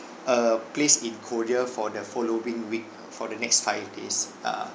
a place in korea for the following week for the next five days uh